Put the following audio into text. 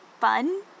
fun